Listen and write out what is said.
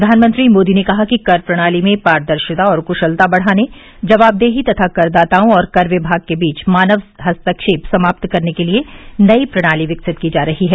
प्रधानमंत्री मोदी ने कहा कि कर प्रणाली में पारदर्शिता और कुशलता बढ़ाने जवाबदेही तथा करदाताओं और कर विमाग के बीच मानव हस्तक्षेप समाप्त करने के लिए नई प्रणाली विकसित की जा रही है